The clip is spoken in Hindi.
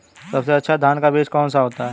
सबसे अच्छा धान का बीज कौन सा होता है?